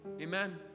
Amen